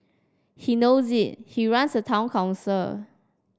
he knows he runs a town council